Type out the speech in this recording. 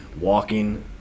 walking